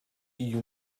you